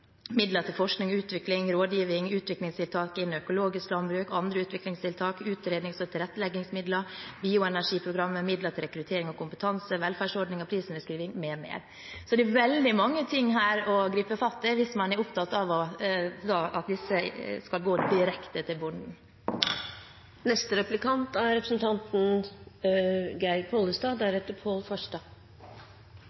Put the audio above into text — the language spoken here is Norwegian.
midler til forskning, utvikling, rådgiving, utviklingstiltak innenfor økologisk landbruk, andre utviklingstiltak, utrednings- og tilretteleggingsmidler, bioenergiprogram, midler til rekruttering og kompetanse, velferdsordning og prisnedskriving m.m. Så det er veldig mange ting å gripe fatt i hvis man er opptatt av at disse midlene skal gå direkte til bonden.